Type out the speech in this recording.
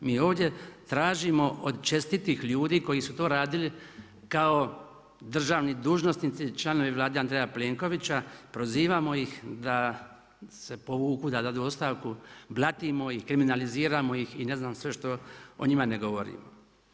Mi ovdje tražimo od čestitih ljudi koji su to radili kao državni dužnosnici, članovi Vlade Andreja Plenkovića, prozivamo ih da se povuku, da dadu ostavku, blatimo ih, kriminaliziramo ih i ne znam sve što o njima ne govorim.